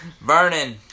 Vernon